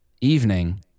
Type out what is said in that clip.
evening